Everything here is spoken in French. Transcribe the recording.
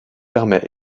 permet